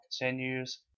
continues